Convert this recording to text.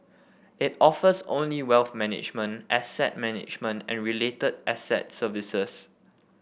it offers only wealth management asset management and related asset services